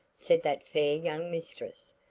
said that fair young mistress,